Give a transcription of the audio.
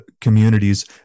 communities